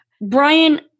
Brian